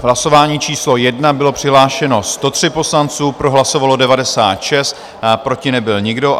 V hlasování číslo 1 bylo přihlášeno 103 poslanců, pro hlasovalo 96, proti nebyl nikdo.